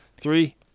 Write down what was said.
Three